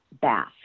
bath